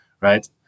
right